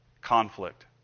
conflict